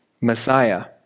Messiah